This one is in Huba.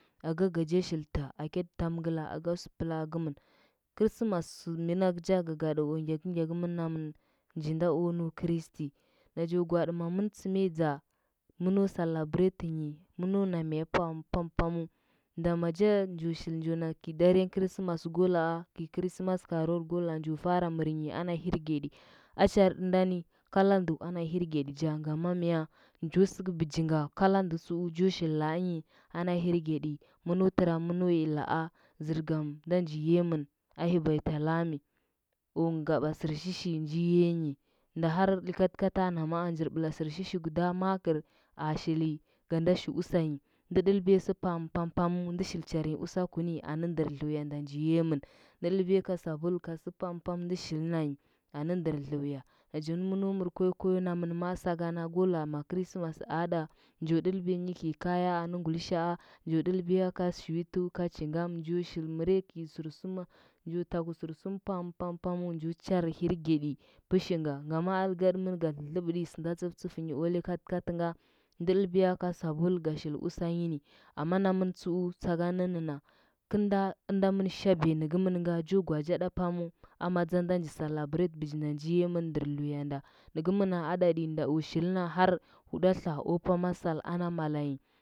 Aga gaja shilta akejɚ tamgla aga sɚplaa gɚmɚn krismas sɚ mɚn gɚ cha gagada o ngyakɚ ngya gɚmɚn namɚn njinda o nɚu kristi na jo gwaaɗi mamɚn tsɚm lya dza mɚno celebrate nyin mɚno namiya pam pam pamɚu, nda maja njo shil njo na daren krismas go laa gɚi krismas carol go laa njo fara mɚrnyi ana hirgeɗi acharɗi nda ni kala nɗu ana hirged ja nyama mya njo sɚgɚ bɚjinga ngansa mya gala ndɚ tsɚu jo shil laanyi ana hirgeɗi mɚno tɚra mɚno yi laanyi, mɚno tɚra mɚno yi laanyi, mɚno tɚra mɚno yi laa zɚrgam nda nji yiya mɚn ahi baltalami o ngaba sɚrshishi nji yenyi, nda har lukatkatana maa njir bɚla sɚrshishi guda makɚr a shil ganda shi usanyi ndɚ ɗɚlɚbiya sɚ pam pam pammu ndɚ shil charinyi ubaku ninyi, anɚ ndɚr dluya nda nji yiya mɚn. Ndɚ ɗɚibiya ka babul ka sɚ pam am ndɚ shɚ shilnanyi anɚ ndɚr alaya. Nacha nɚ mɚna mɚr oykoyo ma namɚ ma sakana, go laa ma krisma a ɗa njo ɗɚlbiyanyi kɚi kaye anɚ ngulishaa, njo ɗɚlbiyanyi kɚi kaye anɚ ngulishaa, njo ɗɚlbiya a sweetu ka chingam njo shil mɚrya kɚi sursuma njo tagu sursumɚ pam pam pamu, njo chari hirgeɗi pashinda ngama a regga tɚmɚn ga dlɚdlɚbtɚ sɚnda tsɚ fitsɚfnyi o likatkatɚngai na ɗɚlbiya ka sabul ga shil usanyi ni amma namɚn tsɚu sakanɚnnɚna gɚlnda ɚnda mɚn shabiya nɚgɚmɚn ga cho gwaa ja ɗa pamu amadza nda ji celebrate bijinda ji yiya mɚn ndɚr dtuyanda nɚgɚmna adati nda o shilna huɗɚtha o pama sal ana malanyi.